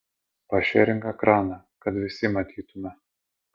pašėrink ekraną kad visi matytume